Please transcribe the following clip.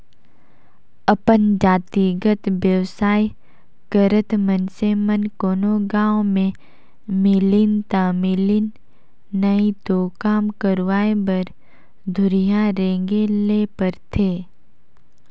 अपन जातिगत बेवसाय करत मइनसे मन कोनो गाँव में मिलिन ता मिलिन नई तो काम करवाय बर दुरिहां रेंगें ले परथे